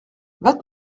vingt